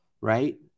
right